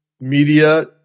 media